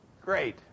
great